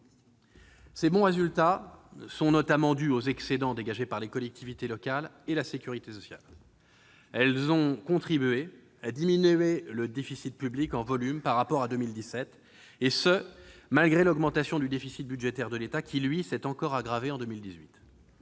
Ces bons résultats sont notamment dus aux excédents dégagés par les collectivités locales et la sécurité sociale, lesquels ont contribué à diminuer le déficit public en volume par rapport à 2017, et ce malgré l'augmentation du déficit budgétaire de l'État, qui, lui, s'est encore aggravé en 2018.